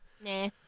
Nah